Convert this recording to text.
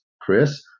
Chris